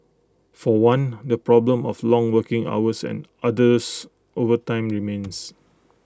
for one the problem of long working hours and arduous overtime remains